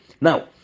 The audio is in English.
Now